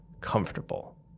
comfortable